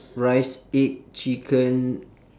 rice egg chicken